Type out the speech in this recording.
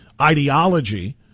ideology